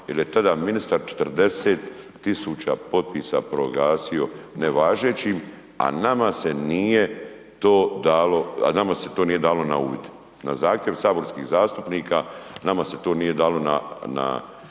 jer je tada ministar 40 000 potpisa proglasio nevažećim a nama se to nije dalo na uvid. Na zahtjev saborskih zastupnika, nama se to nije dalo na uvid,